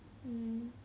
mm